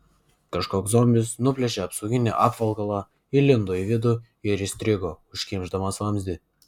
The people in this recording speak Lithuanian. kažkoks zombis nuplėšė apsauginį apvalkalą įlindo į vidų ir įstrigo užkimšdamas vamzdį